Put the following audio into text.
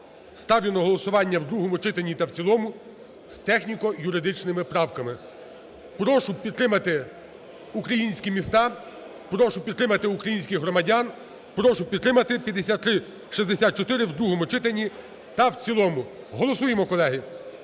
ставлю на голосування в другому читанні та в цілому з техніко-юридичними правками. Прошу підтримати українські міста, прошу підтримати українських громадян, прошу підтримати 5364 в другому читанні та в цілому. Голосуємо, колеги!